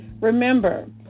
Remember